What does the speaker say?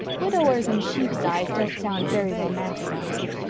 widowers and sheep's eyes don't sound very romantic, aunty.